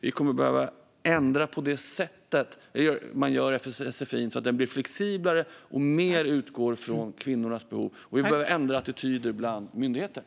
Vi kommer att behöva ändra sätt för sfi:n så att den blir flexiblare och mer utgår från kvinnornas behov. Vi behöver ändra attityder hos myndigheterna.